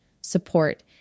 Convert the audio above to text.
support